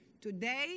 Today